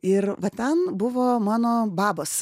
ir va ten buvo mano babos